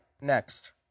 next